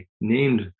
named